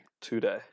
Today